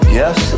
yes